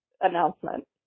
announcement